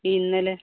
ഇന്നലെ